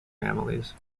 families